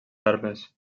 armes